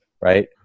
right